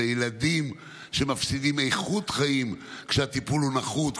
זה ילדים שמפסידים איכות חיים כשהטיפול נחות,